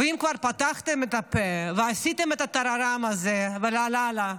ואם כבר פתחתם את הפה ועשיתם את הטררם הזה ולה לה לה,